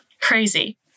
crazy